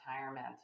retirement